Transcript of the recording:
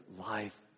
life